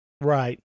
Right